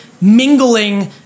mingling